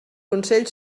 consell